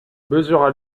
mesura